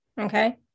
okay